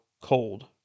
cold